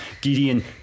Gideon